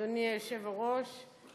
אדוני היושב-ראש,